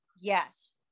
yes